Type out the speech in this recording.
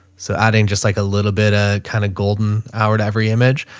so adding just like a little bit, a kind of golden hour to every image.